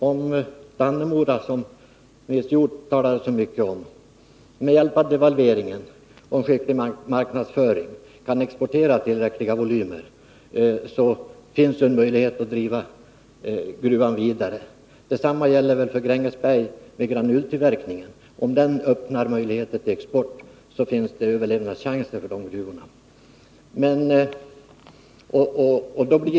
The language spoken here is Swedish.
Om Dannemora gruva, som Nils Hjorth talade så mycket om, med hjälp av devalveringen och en skicklig marknadsföring kan exportera tillräckliga volymer, så finns en möjlighet att driva gruvan vidare. Detsamma gäller väl för Grängesberg och granultillverkningen. Om denna öppnar möjlighet till export, finns det en överlevnadschans vid den gruvan.